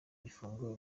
gifungo